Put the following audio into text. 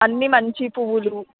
అన్నీ మంచి పూలు